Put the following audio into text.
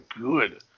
good